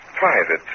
Private